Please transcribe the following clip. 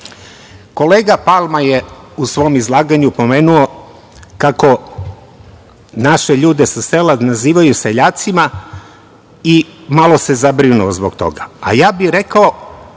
Palma je u svom izlaganju pomenuo kako naše ljude sa sela nazivaju seljacima i malo se zabrinuo zbog toga, a ja bih rekao,